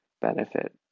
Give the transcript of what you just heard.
benefit